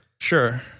Sure